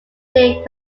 day